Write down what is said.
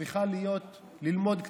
צריכה ללמוד קצת,